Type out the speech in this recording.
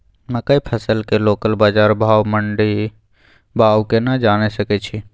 मकई फसल के लोकल बाजार भाव आ मंडी भाव केना जानय सकै छी?